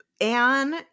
Anne